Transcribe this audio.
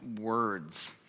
words